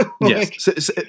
Yes